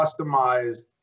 customized